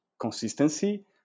consistency